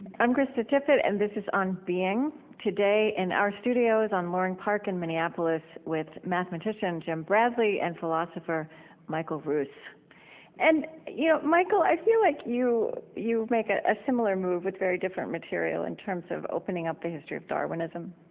i'm krista tippett, and this is on being. today in our studios on loring park in minneapolis with mathematician jim bradley and philosopher michael ruse and, you know, michael, i feel like you you you make a ah similar move with very different material in terms of opening up the history of darwinism.